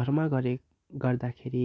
घरमा गरे गर्दाखेरि